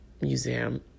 museum